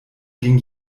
ging